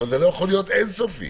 אבל זה לא יכול להיות אין סופי.